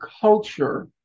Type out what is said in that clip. culture